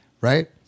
right